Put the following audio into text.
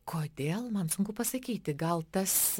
kodėl man sunku pasakyti gal tas